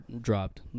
dropped